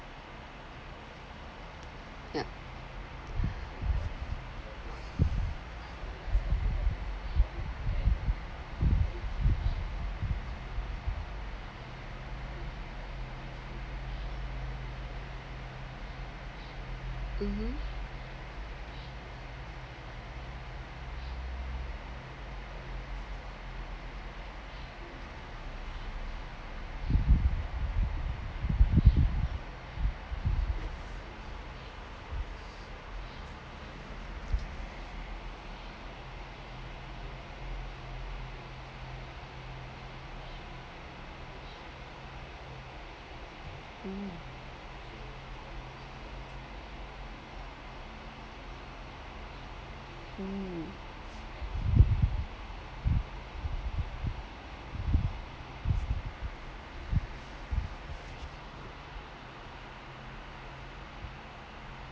ya mmhmm